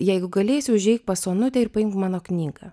jeigu galėsi užeik pas onutę ir paimk mano knygą